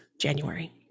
January